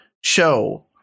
show